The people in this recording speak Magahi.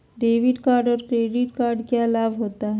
डेबिट कार्ड और क्रेडिट कार्ड क्या लाभ होता है?